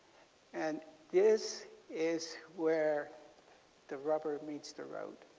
and this is where the rubber meets the road.